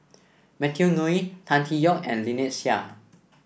Matthew Ngui Tan Tee Yoke and Lynnette Seah